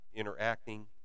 Interacting